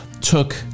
took